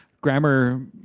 grammar